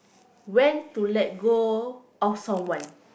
when to let go of someone